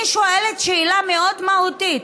אני שואלת שאלה מאוד מהותית.